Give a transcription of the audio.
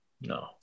No